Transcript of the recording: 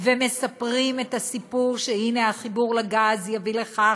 ומספרים את הסיפור שהנה החיבור לגז יביא לכך